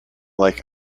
like